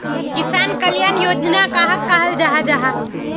किसान कल्याण योजना कहाक कहाल जाहा जाहा?